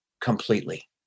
completely